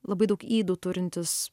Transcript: labai daug ydų turintis